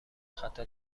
خطا